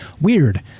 weird